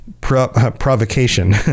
provocation